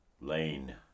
lane